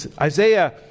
Isaiah